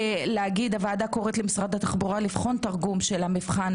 הוועדה קוראת למשרד התחבורה לבחון תרגום של המבחן